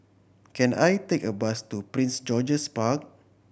can I take a bus to Prince George's Park